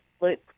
Luke